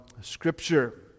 Scripture